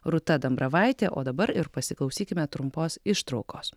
rūta dambravaitė o dabar ir pasiklausykime trumpos ištraukos